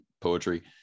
poetry